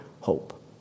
hope